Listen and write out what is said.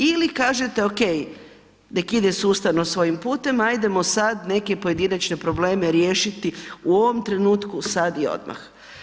Ili kažete, okej, nek ide sustavno svojim putem, hajdemo sad neke pojedinačne probleme riješiti u ovom trenutku, sad i odmah.